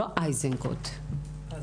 מפורטת יותר מר